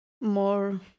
More